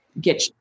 get